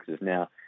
Now